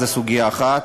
זו סוגיה אחת.